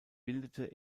bildete